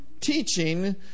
teaching